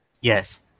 Yes